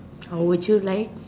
oh would you like